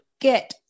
get